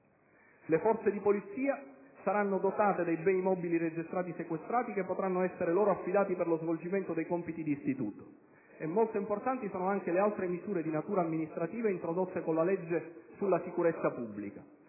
Le Forze di polizia saranno dotate dei beni mobili registrati sequestrati che potranno essere loro affidati per lo svolgimento dei compiti di istituto. Molto importanti sono anche le altre misure di natura amministrativa, introdotte con la legge sulla sicurezza pubblica.